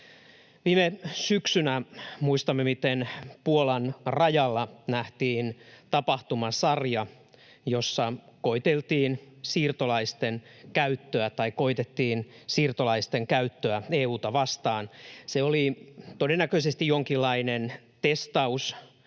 Viime syksynä muistamme, miten Puolan rajalla nähtiin tapahtumasarja, jossa koetettiin siirtolaisten käyttöä EU:ta vastaan. Se oli todennäköisesti jonkinlainen testaus